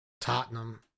Tottenham